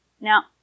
Now